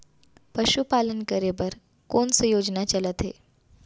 पशुपालन करे बर कोन से योजना चलत हे?